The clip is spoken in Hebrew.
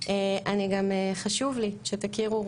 גם חשוב לי שתכירו,